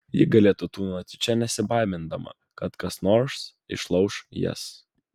ji galėtų tūnoti čia nesibaimindama kad kas nors išlauš jas